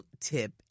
tip